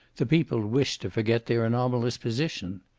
the people wished to forget their anomalous position.